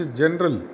general